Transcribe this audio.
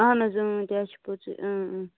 اَہن حظ اۭں تہِ حظ چھُ پوٚزُے اۭں اۭں